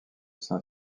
saint